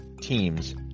teams